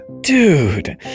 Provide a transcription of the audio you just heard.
Dude